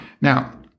Now